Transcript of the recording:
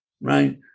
right